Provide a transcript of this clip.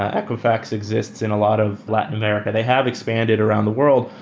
ah equifax exists in a lot of latin america. they have expanded around the world,